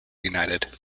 united